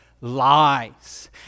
lies